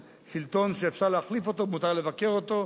של שלטון שאפשר להחליף אותו ומותר לבקר אותו,